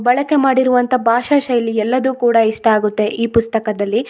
ಬಳಕೆ ಮಾಡಿರುವಂಥ ಭಾಷಾಶೈಲಿ ಎಲ್ಲದು ಕೂಡ ಇಷ್ಟ ಆಗುತ್ತೆ ಈ ಪುಸ್ತಕದಲ್ಲಿ